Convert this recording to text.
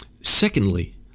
secondly